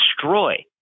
destroy